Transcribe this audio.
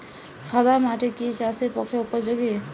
সাদা মাটি কি চাষের পক্ষে উপযোগী?